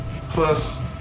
plus